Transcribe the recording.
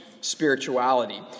spirituality